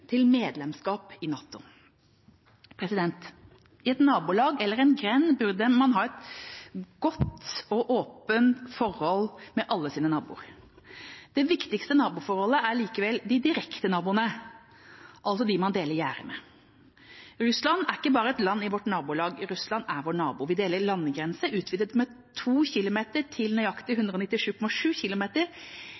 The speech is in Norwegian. til medlemskap i NATO. I et nabolag eller i en grend burde man ha et godt og åpent forhold til alle sine naboer. De viktigste naboforholdene er likevel mellom de direkte naboene, altså dem man deler gjerde med. Russland er ikke bare et land i vårt nabolag, Russland er vår nabo. Vi deler landegrense –utvidet med to kilometer til nøyaktig